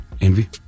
Envy